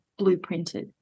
blueprinted